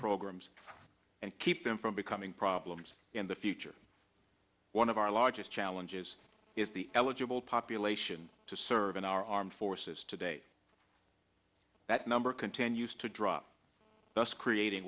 programs and keep them from becoming problems in the future one of our largest challenges is the eligible population to serve in our armed forces today that number continues to drop thus creating